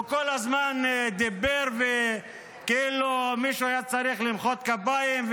הוא כל הזמן דיבר כאילו מישהו היה צריך למחוא כפיים,